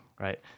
Right